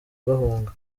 bahunga